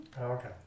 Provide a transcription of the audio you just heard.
Okay